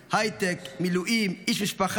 הייטק, מילואים, איש משפחה.